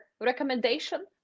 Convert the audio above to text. recommendation